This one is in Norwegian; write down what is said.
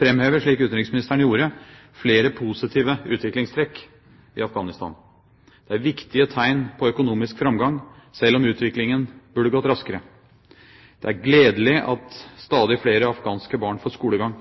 framheve, slik utenriksministeren gjorde, flere positive utviklingstrekk i Afghanistan. Det er viktige tegn på økonomisk framgang, selv om utviklingen burde gått raskere. Det er gledelig at stadig flere afghanske barn får skolegang.